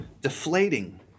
deflating